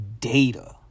data